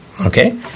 okay